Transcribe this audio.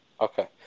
Okay